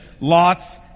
Lot's